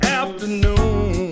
afternoon